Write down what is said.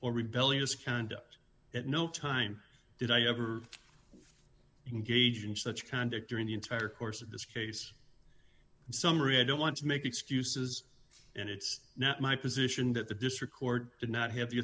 or rebellious conduct at no time did i ever engage in such conduct during the entire course of this case summary i don't want to make excuses and it's not my position that the district court did not have the